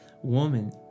Woman